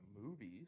movies